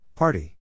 Party